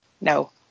no